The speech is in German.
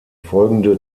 folgende